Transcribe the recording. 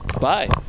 bye